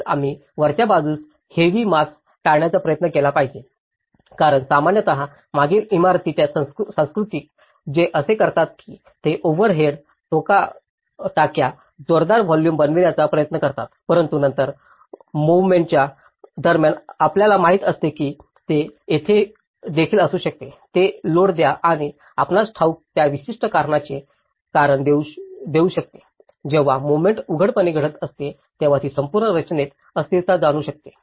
तसेच आम्ही वरच्या बाजूस हेवी मास टाळण्याचा प्रयत्न केला पाहिजे कारण सामान्यत मागील इमारतीच्या संस्कृतीत ते असे करतात की ते ओव्हरहेड टाक्या जोरदार व्हॉल्युम बनवण्याचा प्रयत्न करतात परंतु नंतर मोव्हमेन्ट च्या दरम्यान आपल्याला माहित असते की ते तेथे देखील असू शकते एक लोड द्या आणि हे आपल्यास ठाऊक त्या विशिष्ट कारणाचे कारण देखील असू शकते जेव्हा मोव्हमेन्ट उघडपणे घडत असते तेव्हा ती संपूर्ण संरचनेत अस्थिरता आणू शकते